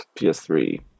PS3